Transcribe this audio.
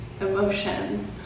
emotions